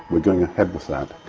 we're going ahead with that.